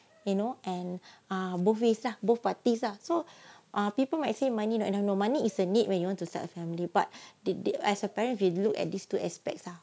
you know and ah both ways lah both parties lah so uh people might say money not no money is a need when you want to start a family but did did as a parent you look at these two aspects lah